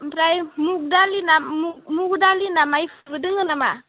ओमफ्राय मुग दालिना मुगु दालि ना मा इफोरबो दोङो नामा